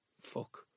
Fuck